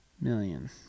million